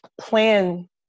plan